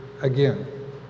again